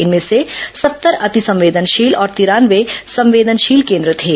इनमें से सत्तर अतिसंवेदनशील और तिरानवे संवेदनशील केन्द्र थे